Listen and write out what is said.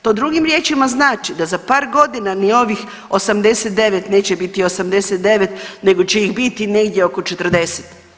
To drugim riječima znači da za par godina ni ovih 89 neće biti 89 nego će ih biti negdje oko 40.